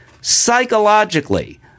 psychologically